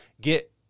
get